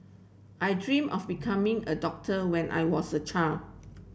I dreamt of becoming a doctor when I was a child